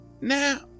Now